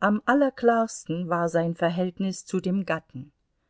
am allerklarsten war sein verhältnis zu dem gatten